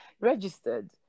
registered